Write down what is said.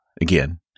again